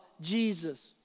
Jesus